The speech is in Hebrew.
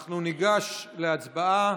אנחנו ניגש להצבעה.